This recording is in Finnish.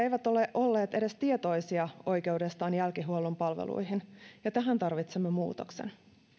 eivät ole olleet edes tietoisia oikeudestaan jälkihuollon palveluihin ja tähän tarvitsemme muutoksen